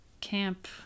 camp